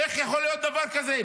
איך יכול להיות דבר כזה?